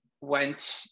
went